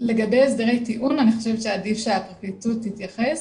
לגבי הסדרי טיעון אני חושבת שעדיף שהפרקליטות תתייחס,